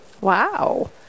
Wow